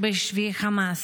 בשבי החמאס.